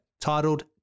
titled